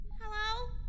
hello